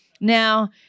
Now